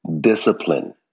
discipline